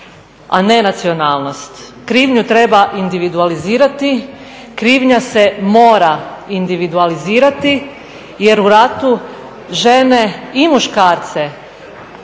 a ne nacionalnost. Krivnju treba individualizirati, krivnja se mora individualizirati jer u ratu žene i muškarce